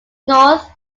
north